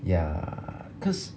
ya cause